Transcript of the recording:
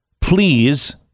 Please